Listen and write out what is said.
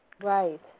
Right